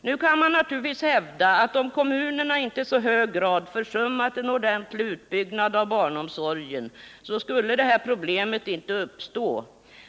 Nu kan man naturligtvis hävda att om kommunerna inte i så hög grad försummat en ordentlig utbyggnad av barnomsorgen skulle detta problem inte uppstå.